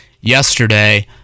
yesterday